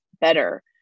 better